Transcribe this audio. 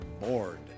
bored